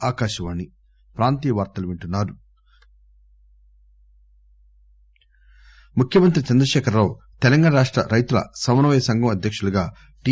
appoint ముఖ్యమంత్రి చంద్రశేఖరరావు తెలంగాణ రాష్ట రైతుల సమన్వయ సంఘం అధ్యకులుగా టి